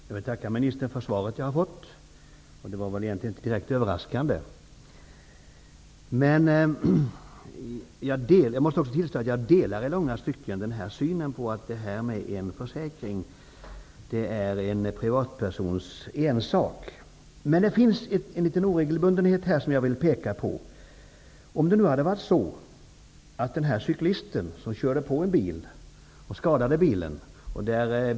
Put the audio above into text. Fru talman! Jag vill tacka ministern för det svar som jag har fått. Det var väl inte direkt överraskande. Jag måste tillstå att jag i långa stycken delar synen på att en försäkring är en privatpersons ensak, men det finns en orimlighet som jag vill peka på. En cyklist körde på och skadade en bil.